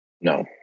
no